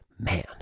Man